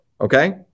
Okay